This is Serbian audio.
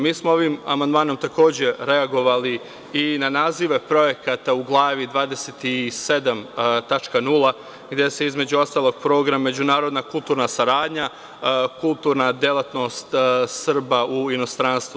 Mi smo ovim amandmanom, takođe, reagovali i na nazive projekata u glavi 27. tačka 0) gde se, između ostalog, program međunarodna kulturna saradnja, kulturna delatnost Srba u inostranstvu.